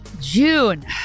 June